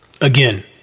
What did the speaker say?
Again